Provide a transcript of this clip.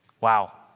Wow